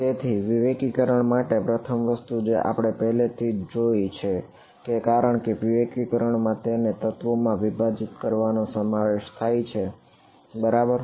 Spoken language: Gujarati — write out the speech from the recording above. તેથી વિવેકીકરણ માટે પ્રથમ વસ્તુ જે આપણે પહેલેથી જ જોઈ છે કે કારણ કે વિવેકીકરણમાં તેને તત્વોમાં વિભાજીત કરવાનો સમાવેશ થાય છે બરાબર